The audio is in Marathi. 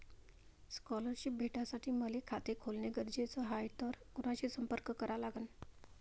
स्कॉलरशिप भेटासाठी मले खात खोलने गरजेचे हाय तर कुणाशी संपर्क करा लागन?